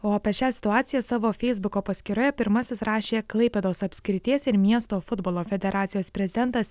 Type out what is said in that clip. o apie šią situaciją savo feisbuko paskyroje pirmasis rašė klaipėdos apskrities ir miesto futbolo federacijos prezidentas